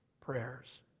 prayers